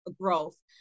growth